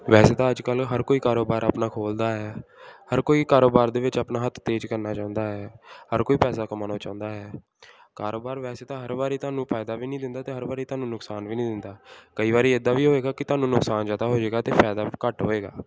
ਵੈਸੇ ਤਾਂ ਅੱਜ ਕੱਲ੍ਹ ਹਰ ਕੋਈ ਕਾਰੋਬਾਰ ਆਪਣਾ ਖੋਲ੍ਹਦਾ ਹੈ ਹਰ ਕੋਈ ਕਾਰੋਬਾਰ ਦੇ ਵਿੱਚ ਆਪਣਾ ਹੱਥ ਤੇਜ਼ ਕਰਨਾ ਚਾਹੁੰਦਾ ਹੈ ਹਰ ਕੋਈ ਪੈਸਾ ਕਮਾਉਣਾ ਚਾਹੁੰਦਾ ਹੈ ਕਾਰੋਬਾਰ ਵੈਸੇ ਤਾਂ ਹਰ ਵਾਰੀ ਤੁਹਾਨੂੰ ਫਾਇਦਾ ਵੀ ਨਹੀਂ ਦਿੰਦਾ ਅਤੇ ਹਰ ਵਾਰੀ ਤੁਹਾਨੂੰ ਨੁਕਸਾਨ ਵੀ ਨਹੀਂ ਦਿੰਦਾ ਕਈ ਵਾਰੀ ਇਦਾਂ ਵੀ ਹੋਏਗਾ ਕੀ ਤੁਹਾਨੂੰ ਨੁਕਸਾਨ ਜ਼ਿਆਦਾ ਹੋ ਜਾਏਗਾ ਅਤੇ ਫਾਇਦਾ ਘੱਟ ਹੋਏਗਾ